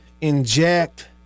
inject